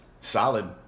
solid